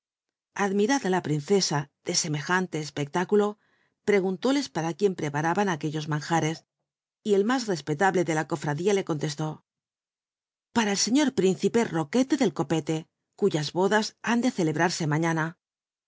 admirada la princesa de semejante espectáculo pregunlóles para quién preparaban aquellos manjares y el mús respetable de la cofradía le contestó para el sciior principe ror ucta del copete cuyas bodas ban de celebrarse maiiana